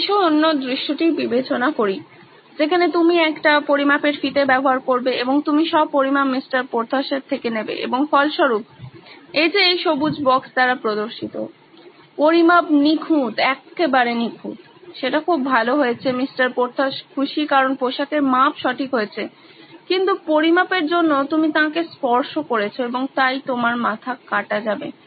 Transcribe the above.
এসো অন্য দৃশ্যটি বিবেচনা করি যেখানে তুমি একটি পরিমাপের ফিতে ব্যবহার করবে এবং তুমি সব পরিমাপ মিস্টার পোর্থসের থেকে নেবে এবং ফলস্বরূপ এই সবুজ বক্স দ্বারা প্রদর্শিত পরিমাপ নিখুঁত একেবারে নিখুঁত সেটা খুব ভালো হয়েছে মিস্টার পোর্থস খুশি কারণ পোশাকের মাপ সঠিক হয়েছে কিন্তু পরিমাপের জন্য তুমি তাঁকে স্পর্শ করেছো এবং তাই তোমার মাথা কাটা যাবে